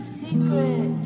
secret